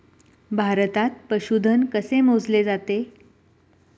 भारतात पशुधन कसे मोजले जाते?